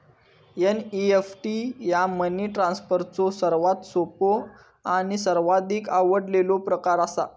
NEFT ह्या money ट्रान्सफरचो सर्वात सोपो आणि सर्वाधिक आवडलेलो प्रकार असा